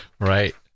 Right